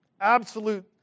Absolute